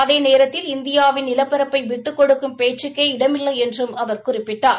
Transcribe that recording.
ஆதே நேரத்தில் இந்தியாவின் நிலப்பரப்பை விட்டுக் கொடுக்கும் பேச்சுக்கே இடமில்லை என்றும் அவர் குறிப்பிட்டார்